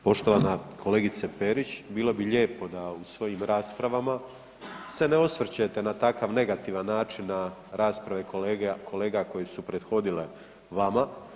Poštovana kolegice Perić, bilo bi lijepo da u svojim raspravama se ne osvrćete na takav negativan način na rasprave kolega koji su prethodile vama.